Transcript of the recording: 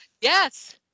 Yes